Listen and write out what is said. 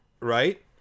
right